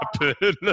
happen